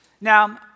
Now